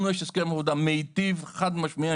לנו יש הסכם עבודה מיטיב חד משמעית,